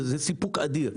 זה סיפוק אדיר.